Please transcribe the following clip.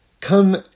come